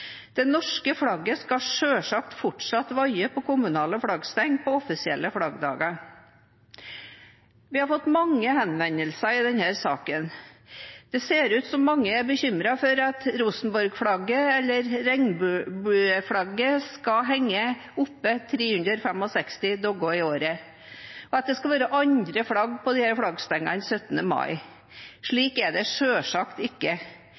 Det norske flagget skal selvsagt fortsatt vaie på kommunale flaggstenger på offisielle flaggdager. Vi har fått mange henvendelser i denne saken. Det ser ut som om mange er bekymret for at Rosenborg-flagget eller regnbueflagget skal henge oppe 365 dager i året, og at det skal være andre flagg på disse flaggstengene 17. mai. Slik er det selvsagt ikke.